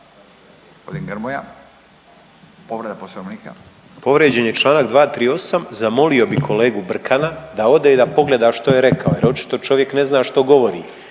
(MOST)** Povrijeđen je Članak 238., zamolio bi kolegu Brkana da ode i da pogleda što je rekao jer očito čovjek ne zna što govori.